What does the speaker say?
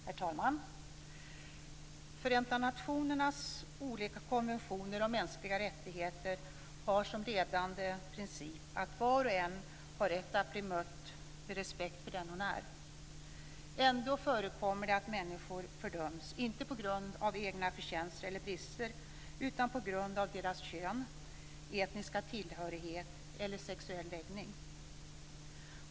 Herr talman! Förenta nationernas olika konventioner om mänskliga rättigheter har som ledande princip att var och en har rätt att bli bemött med respekt för den hon är. Ändå förekommer det att människor fördöms, inte på grund av egna förtjänster eller brister, utan på grund av deras kön, etniska tillhörighet eller sexuella läggning.